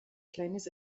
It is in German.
kleines